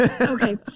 Okay